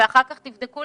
אחר כך תבדקו,